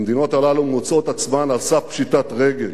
המדינות האלה מוצאות את עצמן על סף פשיטת רגל,